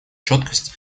четкость